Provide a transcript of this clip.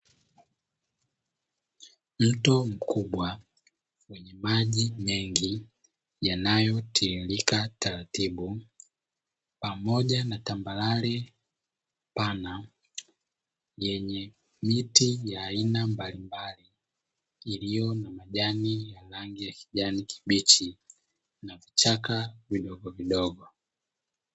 Mto mkubwa wenye maji mengi yanayotiririka taratibu, pamoja na tambarare pana yenye miti ya aina mbalimbali, iliyo na majani ya rangi ya kijani kibichi, na vichaka vidogovidogo.